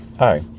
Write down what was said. Hi